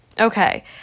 okay